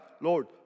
lord